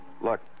Look